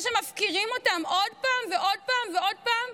שמפקירים אותם עוד פעם ועוד פעם ועוד פעם,